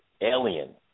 alien